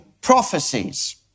prophecies